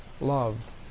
love